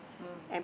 mm